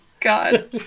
God